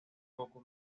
poco